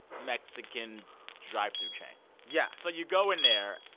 mexican drive-through chain yeah so you go in there.